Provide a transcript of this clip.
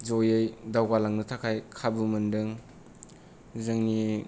ज'यै दावगालांनो थाखाय खाबु मोन्दों जोंनि